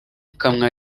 ikamwa